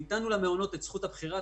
נתנו למעונות את זכות הבחירה.